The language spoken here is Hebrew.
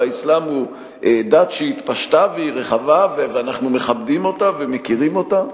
והאסלאם הוא דת שהתפשטה והיא רחבה ואנחנו מכבדים אותה ומכירים אותה.